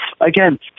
Again